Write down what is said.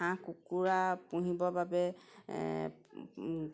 হাঁহ কুকুৰা পুহিবৰ বাবে